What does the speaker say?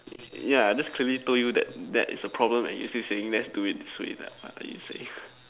yeah I just clearly told you that that is a problem and you're still saying let's do it this way like uh you say